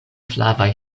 flavaj